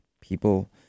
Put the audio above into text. people